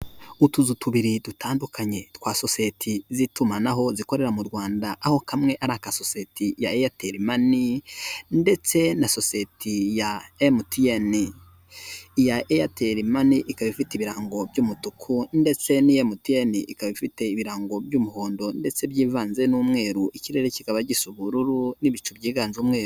Utuzu tubiri dutandukanye twa sosiyete z'itumanaho zikorera mu Rwanda aho kamwe ari aka sosiyete ya eyateri mane ndetse na sosiyete ya emutiyene, iya eyateri mane ikaba ifite ibirango by'umutuku ndetse n'iya emutiyeni ikaba ifite ibirango by'umuhondo ndetse byivanze n'umweru ikirere kikaba gisa ubururu n'ibicu byiganjemo umweru.